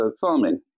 farming